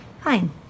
Fine